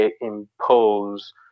impose